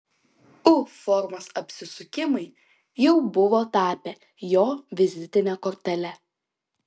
u formos apsisukimai jau buvo tapę jo vizitine kortele